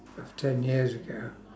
of ten years ago